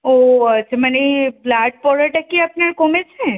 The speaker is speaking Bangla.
ও আচ্ছা মানে ব্লাড পড়াটা কি আপনার কমেছে